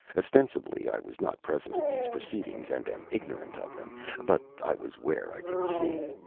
ostensibly i was not present at these proceedings, and am ignorant of them but i was where i could see.